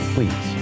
Please